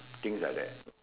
things like that